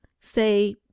say